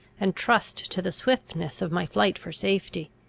and trust to the swiftness of my flight for safety.